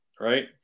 right